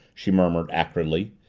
she murmured acridly.